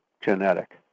genetic